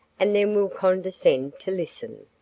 and then we'll condescend to listen.